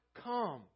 come